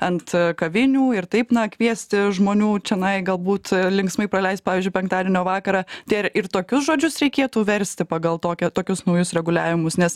ant kavinių ir taip na kviesti žmonių čionai galbūt linksmai praleisti pavyzdžiui penktadienio vakarą tai ir tokius žodžius reikėtų versti pagal tokią tokius naujus reguliavimus nes